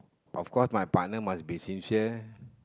of course my partner must be sincere